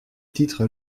titre